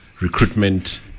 recruitment